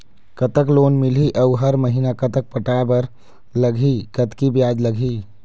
कतक लोन मिलही अऊ हर महीना कतक पटाए बर लगही, कतकी ब्याज लगही?